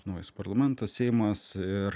naujas parlamentas seimas ir